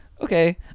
okay